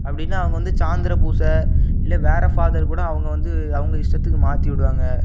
அப்படின்னா அவங்க வந்து சாய்ந்திர பூசை இல்லை வேறே ஃபாதர் கூட அவங்க வந்து அவங்க இஷ்டத்துக்கு மாற்றிவுடுவாங்க